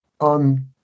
on